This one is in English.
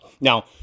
Now